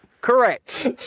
Correct